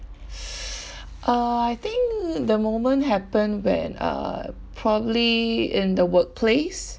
uh I think the moment happened when uh probably in the workplace